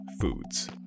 Foods